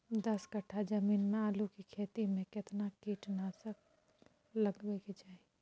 दस कट्ठा जमीन में आलू के खेती म केतना कीट नासक लगबै के चाही?